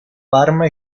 parma